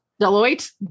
Deloitte